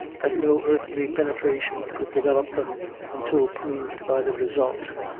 that no earthly penetration could develop them until proved by the result.